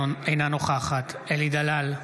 אינה נוכחת אלי דלל,